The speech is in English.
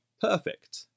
perfect